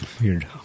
weird